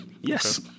Yes